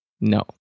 No